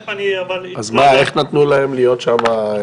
תיכף --- אז איך נתנו להם להיות שם?